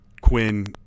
Quinn